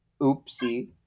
Oopsie